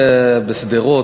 ועוד.